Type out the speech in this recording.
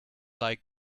like